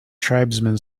tribesman